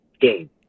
game